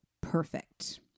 perfect